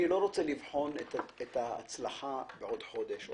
אני לא רוצה לבחון את ההצלחה בעוד חודש.